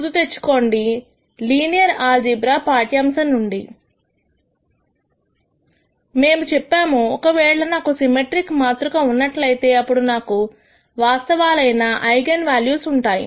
గుర్తు తెచ్చుకోండి linear algebra పాఠ్యాంశం నుండి మేము చెప్పాము ఒకవేళ నాకు సిమెట్రిక్ మాతృక ఉన్నట్లయితే అప్పుడు నాకు వాస్తవాలై ఐగన్ వాల్యూస్ ఉంటాయి